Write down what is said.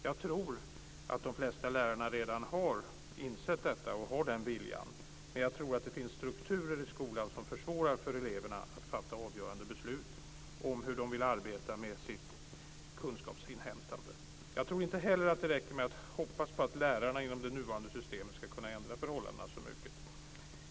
Jag tror att de flesta lärare redan har insett detta och att de har den viljan, men det finns strukturer i skolan som försvårar för eleverna att fatta avgörande beslut om hur de vill arbeta med sitt kunskapsinhämtande. Det räcker nog inte med att hoppas på att lärarna inom det nuvarande systemet ska kunna ändra förhållandena så mycket.